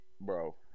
bro